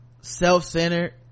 self-centered